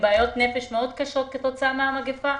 בעיות נפש מאוד קשות כתוצאה מהמגפה,